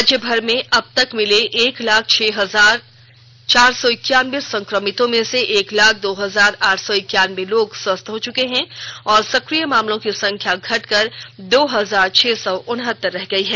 राज्यभर में अबतक मिले एक लाख छह हजार चार सौ इकानबे संक्रमितों में से एक लाख दो हजार आठ सौ इकानबे लोग स्वस्थ हो चुके हैं और सक्रिय मामलों की संख्या घटकर दो हजार छह सौ उनहतर रह गयी है